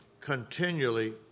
continually